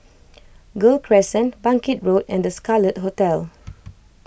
Gul Crescent Bangkit Road and the Scarlet Hotel